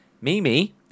Mimi